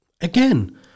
Again